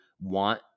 want